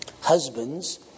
husbands